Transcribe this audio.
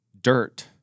dirt